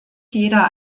jeder